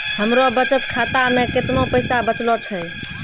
हमरो बचत खाता मे कैतना पैसा बचलो छै?